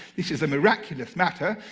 this is a miraculous matter.